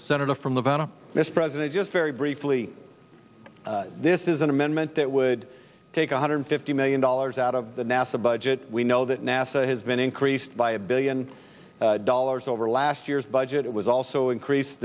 senator from nevada this president just very briefly this is an amendment that would take one hundred fifty million dollars out of the nasa budget we know that nasa has been increased by a billion dollars over last year's budget it was also increase